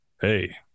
Hey